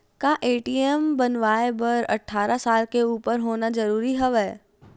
का ए.टी.एम बनवाय बर अट्ठारह साल के उपर होना जरूरी हवय?